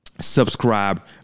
subscribe